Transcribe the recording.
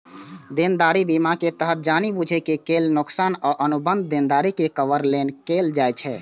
देनदारी बीमा के तहत जानि बूझि के कैल नोकसान आ अनुबंध देनदारी के कवर नै कैल जाइ छै